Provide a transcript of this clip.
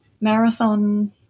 marathon